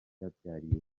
yabyariye